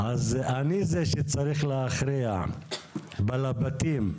לכן אני זה שצריך להכריע בלבטים האלה,